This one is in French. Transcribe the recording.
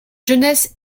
jeunesses